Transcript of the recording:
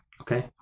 Okay